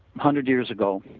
hundred years ago